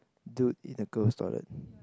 dude in a girl's toilet